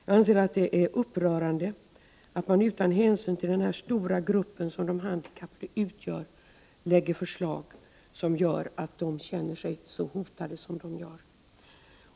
Jag anser att det är upprörande att man utan hänsyn till den stora grupp som de handikappade utgör lägger fram förslag som får dem att känna sig så hotade.